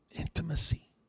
Intimacy